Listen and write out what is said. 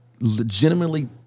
legitimately